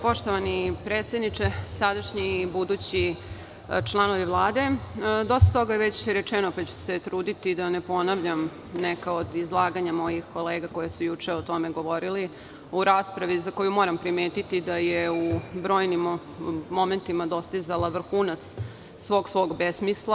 Poštovani predsedniče, sadašnji i budući članovi Vlade, dosta toga je već rečeno, pa ću se truditi da ne ponavljam neka od izlaganja mojih kolega, koji su juče o tome govorili u raspravi, za koju moram primetiti da je u brojnim momentima dostizala vrhunac svog svog besmisla.